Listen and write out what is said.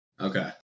Okay